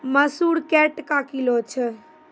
मसूर क्या टका किलो छ?